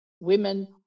women